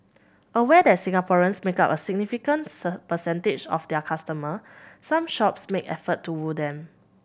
aware that Singaporeans make up a significant sir percentage of their customer some shops make effort to woo them